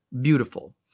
beautiful